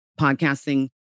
podcasting